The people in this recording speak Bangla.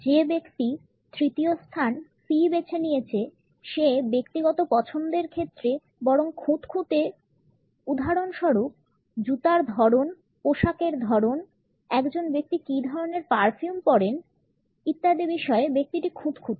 যে ব্যক্তি তৃতীয় স্থান C বেছে নিয়েছে সে ব্যক্তিগত পছন্দের ক্ষেত্রে বরং খুঁতখুঁতে উদাহরণস্বরূপ জুতার ধরন পোশাকের ধরন একজন ব্যক্তি কী ধরনের পারফিউম পরেন ইত্যাদি বিষয়ে ব্যক্তিটি খুঁতখুঁতে